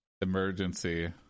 emergency